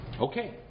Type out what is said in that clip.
Okay